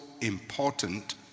important